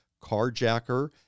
carjacker